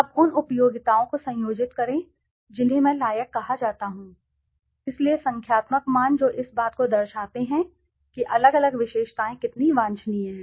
अब उन उपयोगिताओं को संयोजित करें जिन्हें मैं लायक कहा जाता हूं इसलिए संख्यात्मक मान जो इस बात को दर्शाते हैं कि अलग अलग विशेषताएं कितनी वांछनीय हैं